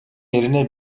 yerine